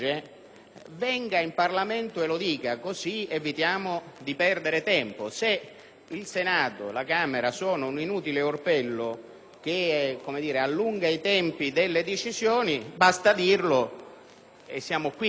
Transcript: venga in Parlamento a dirlo, così evitiamo di perdere tempo. Se il Senato e la Camera sono considerati un inutile orpello che allunga i tempi delle decisioni basta dirlo. Guardate,